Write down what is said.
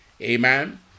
Amen